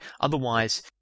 Otherwise